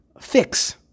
fix